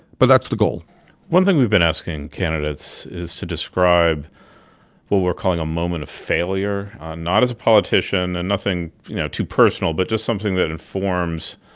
but that's the goal one thing we've been asking candidates is to describe what we're calling a moment of failure not as a politician, and nothing you know too personal, but just something that informs,